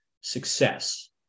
success